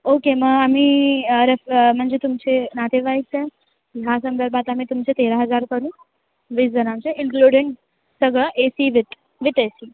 okay मग आम्ही ref म्हणजे तुमचे नातेवाईक आहेत ह्या संदर्भात आम्ही तुमचे तेरा हजार करू वीसजणांंचे इन्क्लुडे सगळं A C with with A C